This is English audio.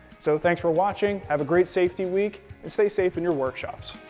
so thanks for watching, have a great safety week, and stay safe in your workshops.